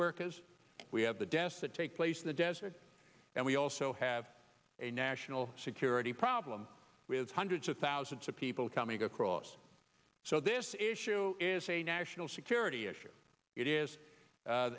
because we have the desk that take place in the desert and we also have a national security problem with hundreds of thousands of people coming across so this issue is a national security issue it is